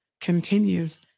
continues